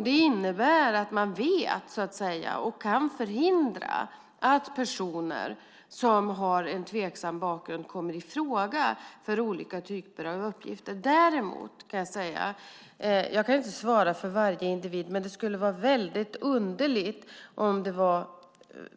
Det innebär att man vet och kan förhindra att personer som har en tveksam bakgrund kommer i fråga för olika typer av uppgifter. Jag kan inte svara för varje individ, men det skulle vara väldigt underligt om det var